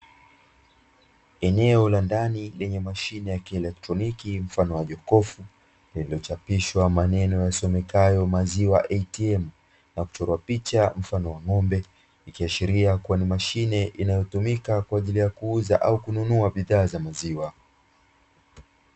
Eneo la ndani lenye mashine ya kielekroniki mfano wa jokofu lililochapishwa maneno yasomekayo “Maziwa ATM” na kuchorwa picha mfano wa ng’ombe, ikiashiria kuwa ni mashine inayotumika kwaajili ya kuuza au kununua bidhaa za maziwa.